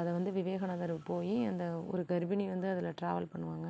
அதை வந்து விவேகானந்தர் போய் அந்த ஒரு கர்ப்பிணி வந்து அதில் ட்ராவல் பண்ணுவாங்க